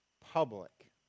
public